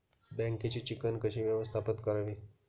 बँकेची चिकण कशी व्यवस्थापित करावी?